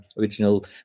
original